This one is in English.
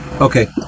Okay